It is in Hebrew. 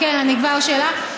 כן, כבר שאלה.